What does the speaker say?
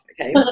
okay